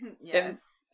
Yes